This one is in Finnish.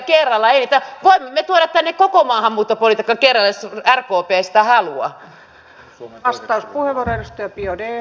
voimme me tuoda tänne koko maahanmuuttopolitiikan kerralla jos rkp sitä haluaa